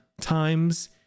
times